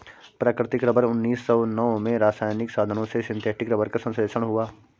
प्राकृतिक रबर उन्नीस सौ नौ में रासायनिक साधनों से सिंथेटिक रबर का संश्लेषण हुआ